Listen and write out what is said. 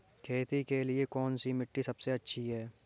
खेती के लिए कौन सी मिट्टी सबसे अच्छी है?